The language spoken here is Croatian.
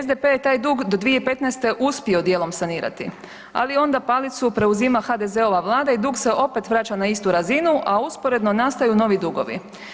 SDP-e je taj dug do 2015. uspio dijelom sanirati, ali onda palicu preuzima HDZ-ova Vlada i dug se opet vraća na istu razinu, a usporedno nastaju novi dugovi.